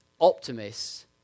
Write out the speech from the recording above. optimists